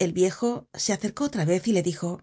el viejo se acercó otra vez y le dijo